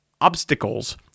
obstacles